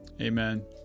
Amen